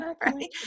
right